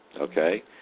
okay